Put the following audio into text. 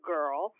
Girl